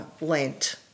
Lent